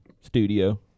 studio